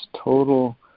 total